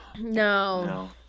No